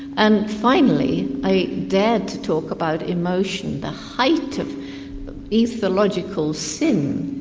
and finally i dared to talk about emotion, the height of ethological sin,